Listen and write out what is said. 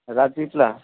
Rajpipla